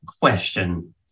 question